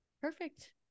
perfect